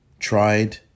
tried